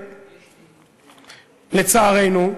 לצערנו,